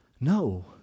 No